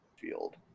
Field